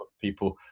people